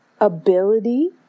ability